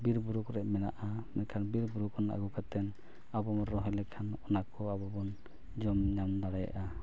ᱵᱤᱨᱼᱵᱩᱨᱩ ᱠᱚᱨᱮ ᱢᱮᱱᱟᱜᱼᱟ ᱢᱮᱱᱠᱷᱟᱱ ᱵᱤᱨᱼᱵᱩᱨᱩ ᱠᱷᱚᱱ ᱟᱹᱜᱩ ᱠᱟᱛᱮᱫ ᱟᱵᱚ ᱵᱚᱱ ᱨᱚᱦᱚᱭ ᱞᱮᱠᱷᱟᱱ ᱚᱱᱟ ᱠᱚᱦᱚᱸ ᱟᱵᱚ ᱵᱚᱱ ᱡᱚᱢ ᱧᱟᱢ ᱫᱟᱲᱮᱭᱟᱜᱼᱟ